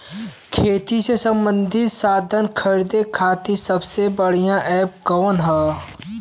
खेती से सबंधित साधन खरीदे खाती सबसे बढ़ियां एप कवन ह?